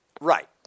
Right